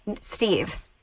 steve